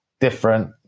different